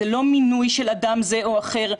זה לא מינוי של אדם זה או אחר.